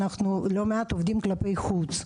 אנחנו עובדים לא מעט כלפי חוץ.